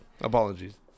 Apologies